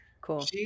Cool